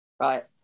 Right